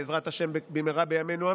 בעזרת השם במהרה בימינו,